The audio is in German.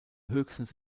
höchstens